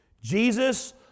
Jesus